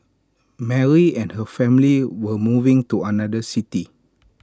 Mary and her family were moving to another city